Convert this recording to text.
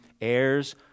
heirs